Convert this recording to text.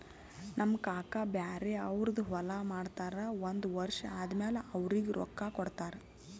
ನಮ್ ಕಾಕಾ ಬ್ಯಾರೆ ಅವ್ರದ್ ಹೊಲಾ ಮಾಡ್ತಾರ್ ಒಂದ್ ವರ್ಷ ಆದಮ್ಯಾಲ ಅವ್ರಿಗ ರೊಕ್ಕಾ ಕೊಡ್ತಾರ್